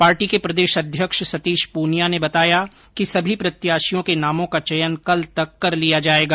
party के प्रदेश अध्यक्ष सतीश पूनिया ने बताया कि सभी प्रत्याशियों के नामों का चयन कल तक कर लिया जाएगा